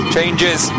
Changes